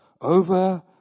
over